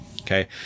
Okay